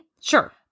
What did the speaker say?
Sure